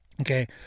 Okay